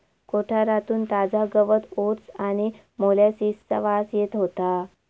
कोठारातून ताजा गवत ओट्स आणि मोलॅसिसचा वास येत होतो